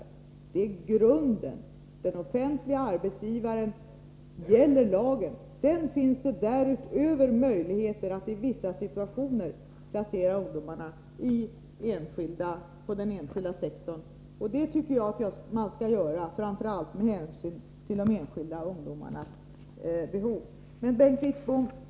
Detta är grunden. Lagen gäller offentliga arbetsgivare. Därutöver finns det möjligheter att i vissa situationer placera ungdomar i den enskilda sektorn. Det tycker jag att man skall göra, framför allt med hänsyn till de enskilda ungdomarnas behov.